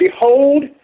Behold